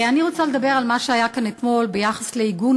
אני רוצה לדבר על מה שהיה כאן אתמול ביחס לעיגון